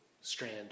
strand